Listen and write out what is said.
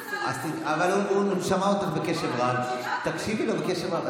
הוא שמע אותך בקשב רב, אז תקשיבי לו בקשב רב.